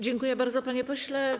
Dziękuję bardzo, panie pośle.